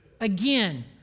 Again